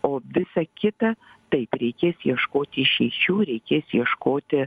o visa kita taip reikės ieškoti išeičių reikės ieškoti